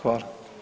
Hvala.